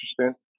interesting